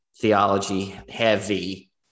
theology-heavy